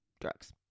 drugs